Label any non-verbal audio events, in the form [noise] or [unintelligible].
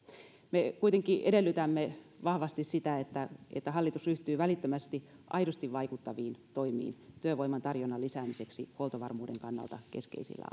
me kuitenkin edellytämme vahvasti sitä että että hallitus ryhtyy välittömästi aidosti vaikuttaviin toimiin työvoiman tarjonnan lisäämiseksi huoltovarmuuden kannalta keskeisillä [unintelligible]